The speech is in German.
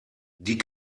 die